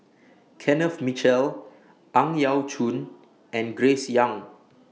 Kenneth Mitchell Ang Yau Choon and Grace Young